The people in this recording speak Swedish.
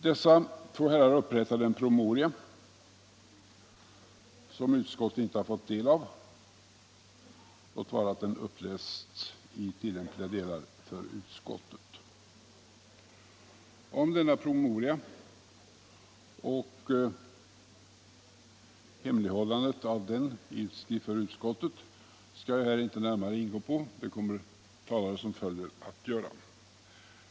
Dessa två herrar upprättade en promemoria, som utskottet inte har fått del av, låt vara att den upplästs i tillämpliga delar för utskottet. Denna promemoria och hemlighållandet av den för utskottet skall jag inte här närmare ingå på — det kommer följande talare att göra.